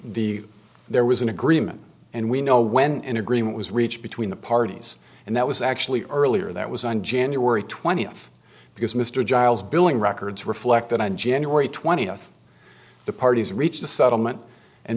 the there was an agreement and we know when an agreement was reached between the parties and that was actually earlier that was on january twentieth because mr giles billing records reflect that on january twentieth the parties reached a settlement and